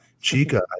Chica